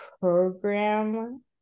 program